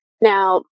Now